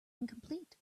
incomplete